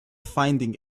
finding